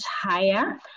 higher